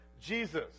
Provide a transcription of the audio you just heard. Jesus